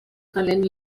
talent